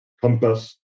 compass